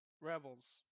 Rebels